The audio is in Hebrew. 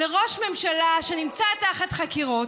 לראש ממשלה שנמצא תחת חקירות,